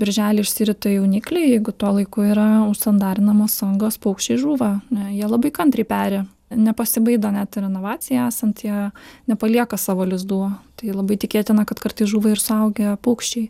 birželį išsirita jaunikliai jeigu tuo laiku yra užsandarinamos angos paukščiai žūva nu jie labai kantriai peri nepasibaido net renovacijai esant jie nepalieka savo lizdų tai labai tikėtina kad kartais žūva ir suaugę paukščiai